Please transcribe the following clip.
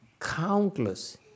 Countless